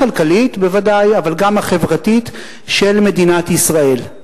הכלכלית, בוודאי, אבל גם החברתית, של מדינת ישראל.